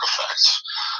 effects